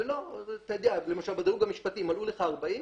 ואתה יודע, למשל בדירוג המשפטי אם מלאו לך 40,